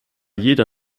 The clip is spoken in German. jeder